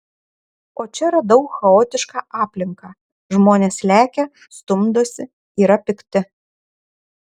o čia radau chaotišką aplinką žmonės lekia stumdosi yra pikti